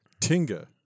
Tinga